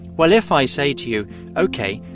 well, if i say to you ok,